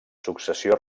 successió